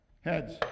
heads